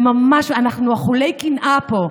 זה ממש, אנחנו אכולי קנאה פה,